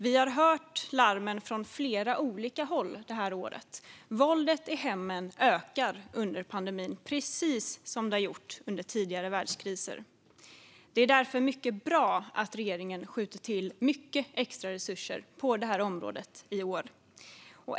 Vi har hört larmen från flera olika håll det här året: Våldet i hemmen ökar under pandemin, precis som det har gjort under tidigare världskriser. Det är därför mycket bra att regeringen skjuter till mycket extra resurser på det här området i år.